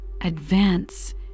advance